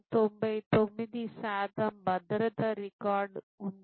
99 శాతం భద్రతా రికార్డు ఉంది